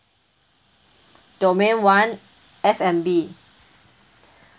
domain one F&B